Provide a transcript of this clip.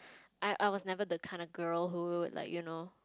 I I was never the kind of girl who like you know